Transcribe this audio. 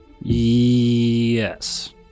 Yes